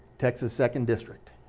texas' second district.